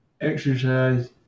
exercise